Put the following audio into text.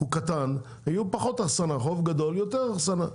קטן תהיה פחות אחסנה, חוף גדול יותר אחסנה.